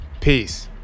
peace